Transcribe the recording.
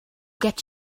get